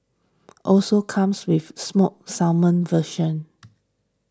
also comes with smoked salmon version